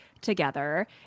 together